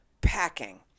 packing